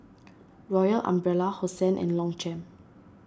Royal Umbrella Hosen and Longchamp